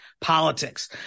politics